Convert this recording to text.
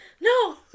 No